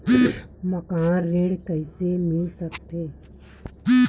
मकान ऋण कइसे मिल सकथे?